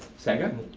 second?